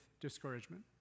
discouragement